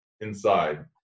inside